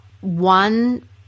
one